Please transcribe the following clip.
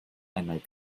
einmal